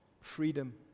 Freedom